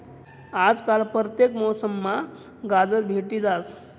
आजकाल परतेक मौसममा गाजर भेटी जास